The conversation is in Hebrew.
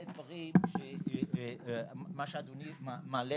חושב שמה שאדוני מעלה,